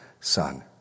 son